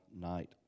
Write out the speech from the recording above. night